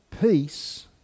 peace